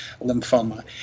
lymphoma